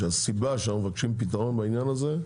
שהסיבה שאנחנו מבקשים פתרון בעניין הזה,